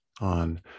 on